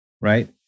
right